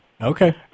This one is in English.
Okay